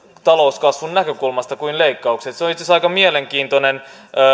talouskasvun näkökulmasta kuin leikkaukset se on itse asiassa aika mielenkiintoinen